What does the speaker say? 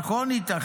נכון, איתח?